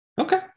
Okay